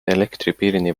elektripirni